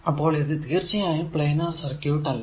അപ്പോൾ ഇത് തീർച്ചയായും പ്ലാനാർ സർക്യൂട് അല്ല